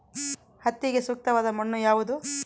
ಹತ್ತಿಗೆ ಸೂಕ್ತವಾದ ಮಣ್ಣು ಯಾವುದು?